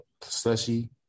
slushy